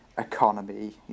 economy